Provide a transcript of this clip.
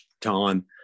time